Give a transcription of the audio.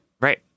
Right